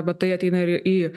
bet tai ateina ir į